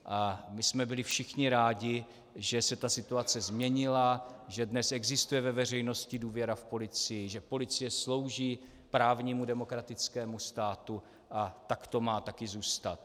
A my jsme byli všichni rádi, že se situace změnila, že dnes existuje ve veřejnosti důvěra v policii, že policie slouží právnímu demokratickému státu, a tak to má taky zůstat.